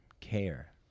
care